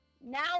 Now